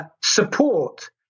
support